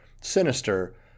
Sinister